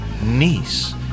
niece